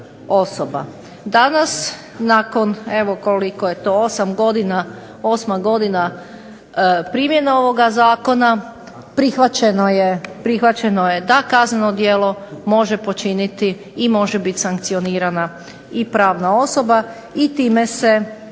Danas nakon evo koliko je to, osam godina, osma godina primjene ovoga zakona, prihvaćeno je da kazneno djelo može počiniti i može biti sankcionirana i pravna osoba i time se